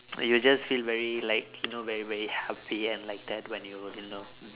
and you just feel very like you know very very happy and like that when you you know